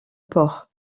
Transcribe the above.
port